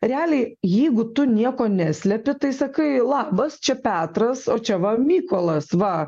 realiai jeigu tu nieko neslepi tai sakai labas čia petras o čia va mykolas va